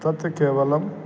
तत् केवलम्